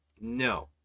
No